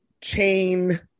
chain